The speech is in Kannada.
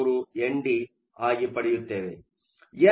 33 ಎನ್ ಡಿ ಆಗಿ ಪಡೆಯುತ್ತೇವೆ